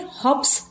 hops